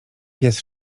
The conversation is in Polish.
pies